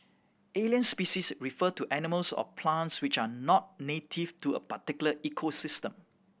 alien species refer to animals or plants which are not native to a particular ecosystem